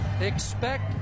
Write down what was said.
Expect